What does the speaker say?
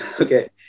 Okay